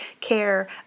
care